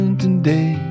today